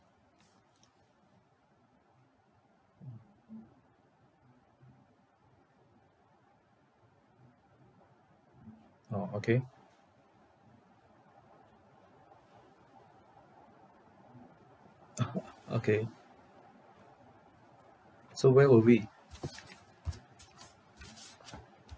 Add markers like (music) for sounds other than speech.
orh okay (coughs) okay so where were we